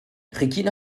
regina